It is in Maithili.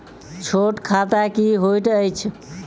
छोट खाता की होइत अछि